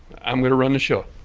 i'm going to run the show,